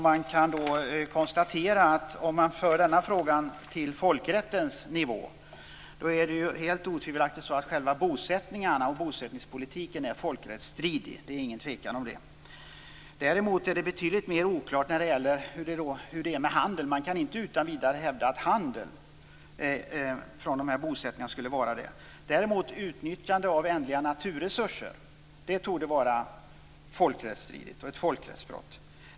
För man frågan till folkrättens nivå kan man konstatera att själva bosättningarna och bosättningspolitiken otvivelaktigt är folkrättsstridiga. Det råder inget tvivel om det. Däremot är det betydligt mer oklart när det gäller handeln. Man kan inte utan vidare hävda att handeln från bosättningarna skulle vara det. Däremot torde utnyttjandet av ändliga naturresurser vara folkrättsstridigt och ett folkrättsbrott.